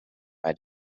bei